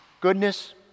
goodness